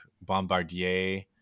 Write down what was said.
bombardier